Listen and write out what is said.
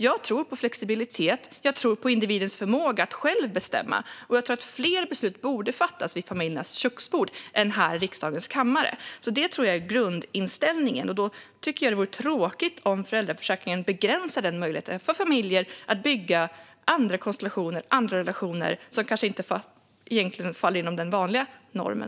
Jag tror på flexibilitet, jag tror på individens förmåga att själv bestämma och jag tror att fler beslut borde fattas vid familjernas köksbord än här i riksdagens kammare. Det tror jag är grundinställningen, och jag tycker att det vore tråkigt om föräldraförsäkringen begränsade möjligheten för familjer att bygga andra konstellationer och andra relationer som kanske inte faller inom den vanliga normen.